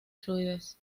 fluidez